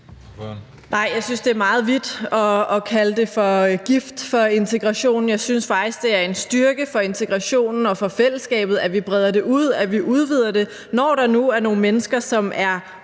Nej, jeg synes, det er at gå meget vidt at kalde det gift for integrationen. Jeg synes faktisk, det er en styrke for integrationen og for fællesskabet, at vi breder det ud, at vi udvider det. Og når der nu er nogle mennesker, som er